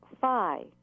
phi